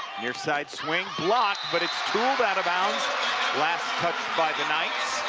near side swing blocked, but it's out of bounds last touched by the knights.